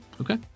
Okay